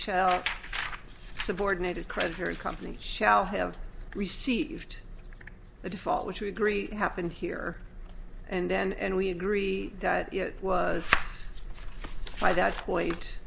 shell subordinated creditors company shall have received a default which we agree happened here and then and we agree that it was by that point